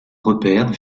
repère